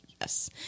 Yes